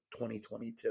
2022